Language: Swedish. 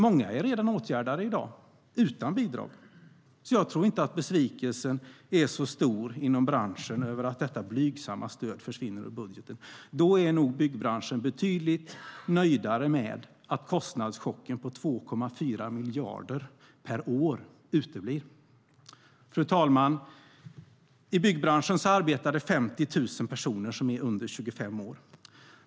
Många är redan åtgärdade, utan bidrag, så jag tror inte att besvikelsen inom branschen är så stor över att detta blygsamma stöd försvinner ur budgeten. Då är nog byggbranschen betydligt mer nöjd med att kostnadschocken på 2,4 miljarder per år uteblir. Fru talman! I byggbranschen arbetar 50 000 personer som är under 25 år.